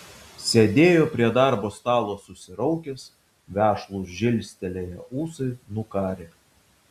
sėdėjo prie darbo stalo susiraukęs vešlūs žilstelėję ūsai nukarę